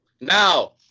Now